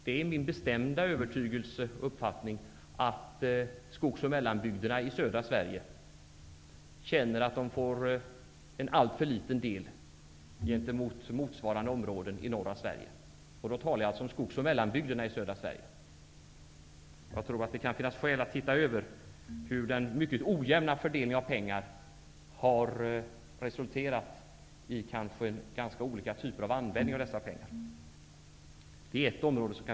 Det är min bestämda uppfattning att man i skogs och mellanbygderna i södra Sverige känner att man får en alltför liten del mot vad motsvarande områden i norra Sverige får. Observera att jag talar om skogsoch mellanbygderna i södra Sverige. Det kan finnas skäl att se över hur den mycket ojämna fördelningen av pengar har resulterat i olika typer av användning av dem.